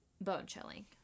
bone-chilling